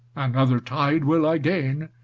another tide will i gain,